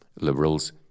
Liberals